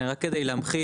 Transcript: כן רק כדי להמחיש,